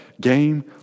Game